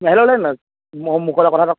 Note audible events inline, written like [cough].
[unintelligible]